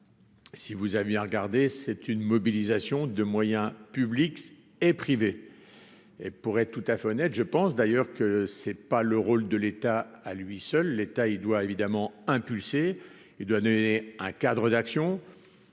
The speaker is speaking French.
si vous aviez regardé c'est une mobilisation de moyens publics et privés, et pour être tout à fait honnête je pense d'ailleurs que c'est pas le rôle de l'État à lui seul l'état, il doit évidemment impulser et donner un cadre d'action